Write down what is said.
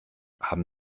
haben